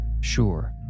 sure